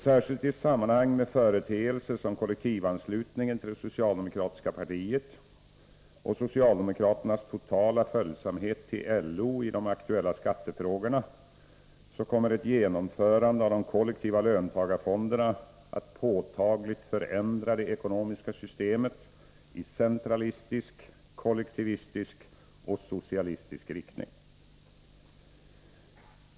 Särskilt tillsammans med företeelser som kollektivanslutningen till det socialdemokratiska partiet och socialdemokraternas totala följsamhet till LO i de aktuella skattefrågorna kommer ett genomförande av kollektiva löntagarfonder att påtagligt förändra det ekonomiska systemet i centralistisk, kollektivistisk och socialistisk riktning.